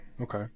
okay